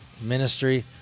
Ministry